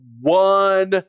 one